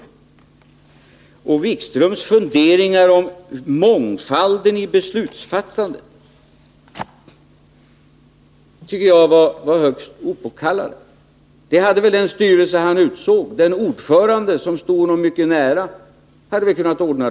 Jan-Erik Wikströms funderingar om mångfalden i beslutsfattandet tycker jag var högst opåkallade. Den saken hade väl den styrelse som han utsett och den ordförande som stod honom mycket nära kunnat ordna.